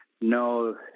No